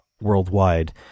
worldwide